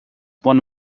one